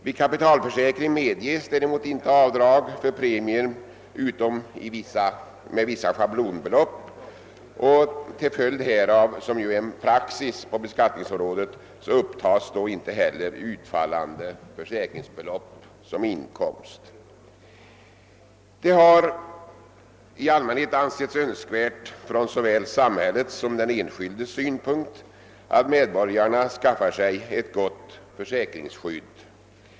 Vid kapitalförsäkring medges däremot inte avdrag för premie utom med vissa schablonbelopp, och till följd härav upptas, såsom praxis är på beskattningsområdet, inte heller utfallande försäkringsbelopp som inkomst. Det har i allmänhet ansetts önskvärt från såväl samhällets som den enskildes synpunkt att medborgarna skaffar sig ett gott försäkringsskydd.